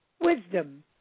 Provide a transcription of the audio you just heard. Wisdom